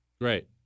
great